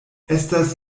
estas